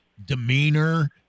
Demeanor